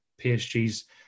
PSG's